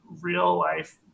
real-life